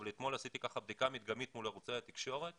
אבל אתמול עשיתי בדיקה מדגמית מול ערוצי התקשורת